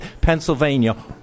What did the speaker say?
Pennsylvania